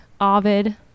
Ovid